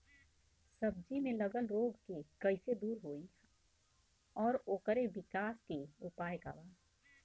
सब्जी में लगल रोग के कइसे दूर होयी और ओकरे विकास के उपाय का बा?